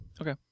Okay